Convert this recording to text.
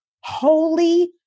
holy